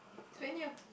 it's very new